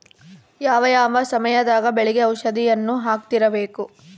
ಯಾವ ಯಾವ ಸಮಯದಾಗ ಬೆಳೆಗೆ ಔಷಧಿಯನ್ನು ಹಾಕ್ತಿರಬೇಕು?